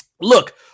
Look